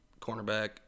cornerback